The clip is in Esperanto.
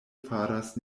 faras